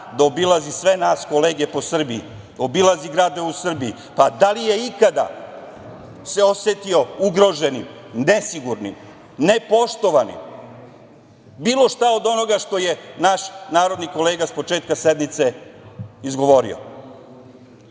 da obilazi sve nas kolege po Srbiji, obilazi gradove u Srbiji, pa da li se ikada osetio ugroženim, nesigurnim, nepoštovanim, bilo šta od onoga što je naš kolega s početka sednice izgovorio? Umesto